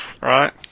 Right